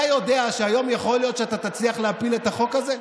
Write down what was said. אתה יודע שהיום יכול להיות שאתה תצליח להפיל את החוק הזה?